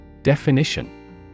Definition